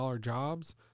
jobs